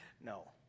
No